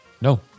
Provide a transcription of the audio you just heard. no